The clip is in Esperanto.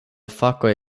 fakoj